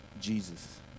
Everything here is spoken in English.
Jesus